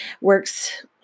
works